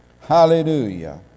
hallelujah